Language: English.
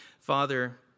Father